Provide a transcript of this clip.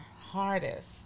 hardest